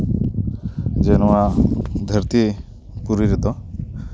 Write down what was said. ᱡᱮ ᱱᱚᱣᱟ ᱫᱷᱟᱹᱨᱛᱤ ᱯᱩᱨᱤ ᱨᱮᱫᱚ